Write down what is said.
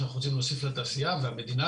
שאנחנו רוצים להוסיף לתעשייה והמדינה